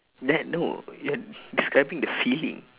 then no you are describing the filling